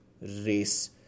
race